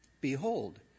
Behold